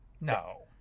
No